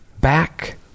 back